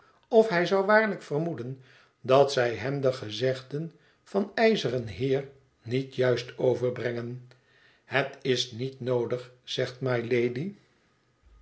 of hij zou waarlijk vermoeden dat zij hem de gezegden van den ijzeren heer niet juist overbrengen het is niet noodig zegt mylady